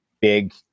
big